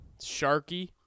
Sharky